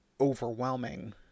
overwhelming